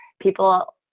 people